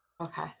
Okay